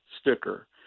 sticker